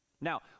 Now